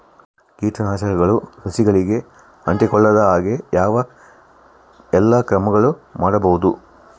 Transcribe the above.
ಕೇಟನಾಶಕಗಳು ಸಸಿಗಳಿಗೆ ಅಂಟಿಕೊಳ್ಳದ ಹಾಗೆ ಯಾವ ಎಲ್ಲಾ ಕ್ರಮಗಳು ಮಾಡಬಹುದು?